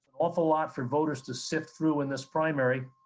awful lot for voters to sift through in this primary.